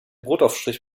brotaufstrich